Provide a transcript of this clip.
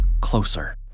closer